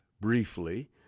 briefly